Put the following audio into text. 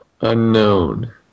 unknown